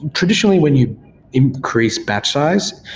traditionally when you increase batch size,